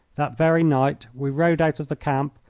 that very night we rode out of the camp,